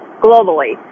globally